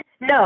no